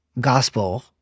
gospel